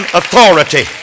authority